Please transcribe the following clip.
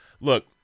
Look